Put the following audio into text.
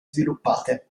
sviluppate